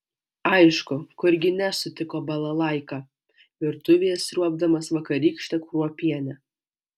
aišku kurgi ne sutiko balalaika virtuvėje sriuobdamas vakarykštę kruopienę